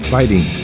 Fighting